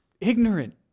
ignorant